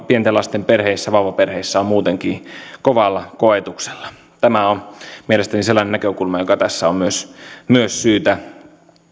pienten lasten perheissä vauvaperheissä on muutenkin kovalla koetuksella tämä on mielestäni sellainen näkökulma joka tässä on myös myös syytä